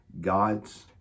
God's